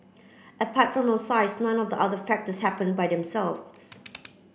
apart from our size none of the other factors happen by themselves